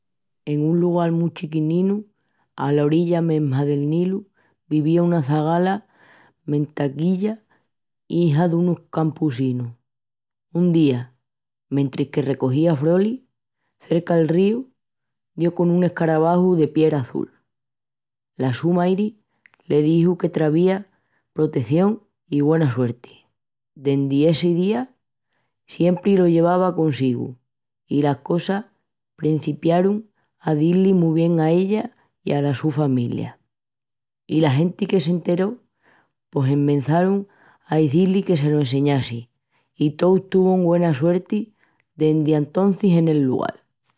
En un lugal mu chiquinu ala orilla mesma del Nilu vivía una zagala mentá Kiya, ija dunus campusinus. Un día, mentris que recogía frolis cerca'l ríu, dio con un escarabaju de piera azul. La su madre le dixu que traíva proteción i güena suerti. Dendi essi día siempri lo llevava consigu i las cosas prencipiarun a di-li mu bien a ella i ala su familia. I la genti que s'enteró pos esmençarun a izí-li que se lo enseñassi i tous tuvun güena suerti dendi antocis en el lugal.